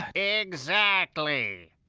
exactly